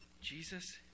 Jesus